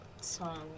song